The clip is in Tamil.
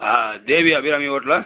ஆ தேவி அபிராமி ஹோட்டலா